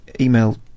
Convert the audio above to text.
email